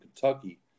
Kentucky